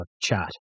chat